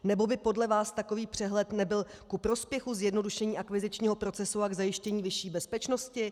Nebo by podle vás takový přehled nebyl ku prospěchu zjednodušení akvizičního procesu a k zajištění vyšší bezpečnosti?